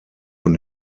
von